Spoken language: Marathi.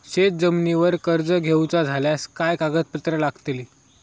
शेत जमिनीवर कर्ज घेऊचा झाल्यास काय कागदपत्र लागतली?